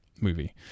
movie